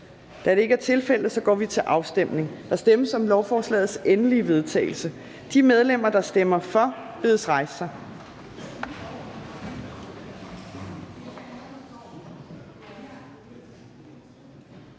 Fjerde næstformand (Trine Torp): Der stemmes om lovforslagets endelige vedtagelse. De medlemmer, der stemmer for, bedes rejse sig.